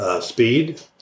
speed